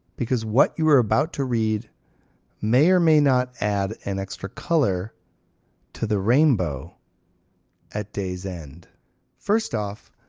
because what you are about to read may or may not add an extra colour to the rainbow at day's end first off,